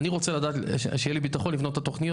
אני רוצה שיהיה לי את הביטחון לבנות את התוכניות,